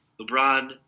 LeBron